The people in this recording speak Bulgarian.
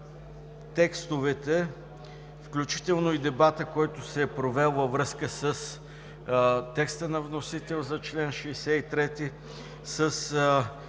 текстовете, включително и дебата, който се е провел във връзка с текста на вносителя за чл. 63 –